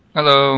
Hello